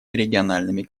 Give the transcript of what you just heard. региональными